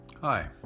Hi